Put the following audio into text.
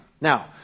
now